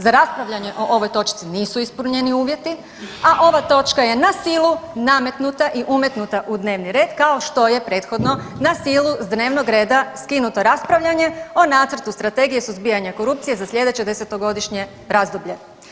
Za raspravljanje o ovoj točci nisu ispunjeni uvjeti, a ova točka je na silu nametnuta i umetnuta u dnevni red kao što je prethodno na sili s dnevnog reda skinuto raspravljanje o Nacrtu strategije suzbijanja korupcije za slijedeće desetogodišnje razdoblje.